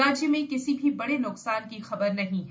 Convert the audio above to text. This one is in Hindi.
राज्य में किसी भी बडे नुकसान की खबर नहीं है